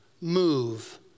move